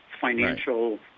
financial